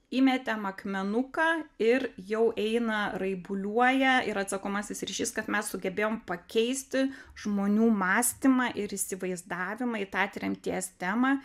įmetėm akmenuką ir jau eina raibuliuoja ir atsakomasis ryšys kad mes sugebėjom pakeisti žmonių mąstymą ir įsivaizdavimą į tą tremties temą